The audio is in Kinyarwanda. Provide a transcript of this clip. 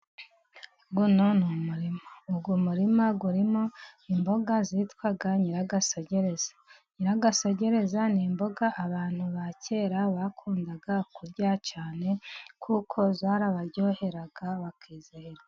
Uyu n'umuma uwo muririma urimo imboga zitwa nyiragasegereza, nyiragasegereza n'imboga abantu ba kera bakundaga kurya cyane, kuko zarabaryoheraga bakizera.